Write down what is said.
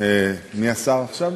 מי השר עכשיו?